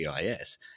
GIS